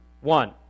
one